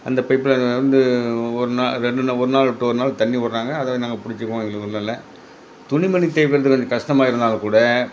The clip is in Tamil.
அந்த பைப்பில் வந்து ஒரு நாள் ரெண்டு நாள் ஒரு நாள் விட்டு ஒரு நாள் தண்ணி விட்றாங்க அதை நாங்கள் பிடிச்சிக்குவோம் எங்களுக்கு ஒன்றும் இல்லை துணிமணி துவைக்கிறது கொஞ்சம் கஸ்டமாக இருந்தாலும் கூட